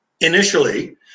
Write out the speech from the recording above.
initially